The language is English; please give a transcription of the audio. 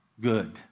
good